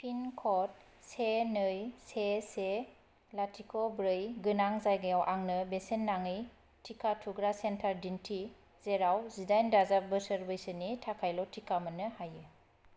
pin code से नै से से लाथिख' ब्रै गोनां जायगायाव आंनो बेसेन नाङि टिका थुग्रा सेन्टार दिन्थि जेराव जिदाइन दाजाब बोसोर बैसोनि थाखायल' टिका मोन्नो हायो